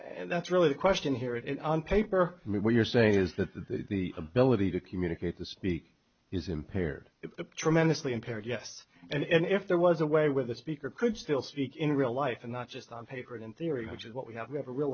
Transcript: and that's really the question here in on paper and what you're saying is that the ability to communicate to speak is impaired tremendously impaired yes and if there was a way with the speaker could still speak in real life and not just on paper and in theory which is what we have never real